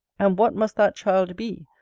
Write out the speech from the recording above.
and what must that child be,